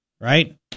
right